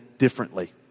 differently